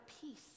peace